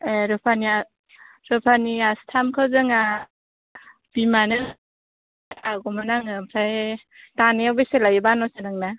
ए रुपानिया रुपानि आस्थामखौ जोंहा बिमानो लागौमोन आङो ओमफ्राय दानायाव बेसे लायो बानस गोनांना